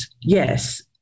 yes